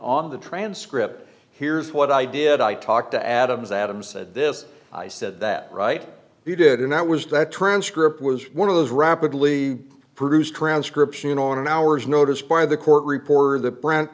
on the transcript here's what i did i talked to adams adams said this i said that right you did and that was that transcript was one of those rapidly produced transcription on an hour's notice by the court reporter the br